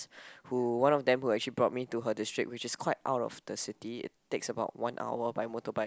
who one of them who actually brought me to her district which is quite out of the city it takes about one hour by motorbike